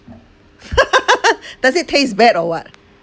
does it taste bad or what